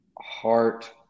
heart